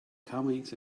comings